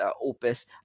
opus